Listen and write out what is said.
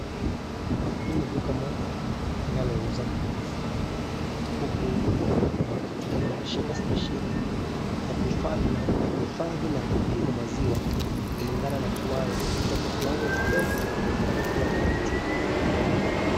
Hii ni duka moja linalouza maziwa, huku wakitumia mashini spesheli ya kuhifadhi na kupima maziwa kulingana na kiwango, kutoka kiwango kidogo mpaka kiwango cha juu.